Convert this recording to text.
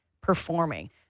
performing